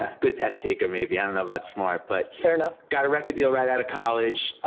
ah good test-taker, maybe, i don't know about smart, but. fair enough. got a record deal right out of college,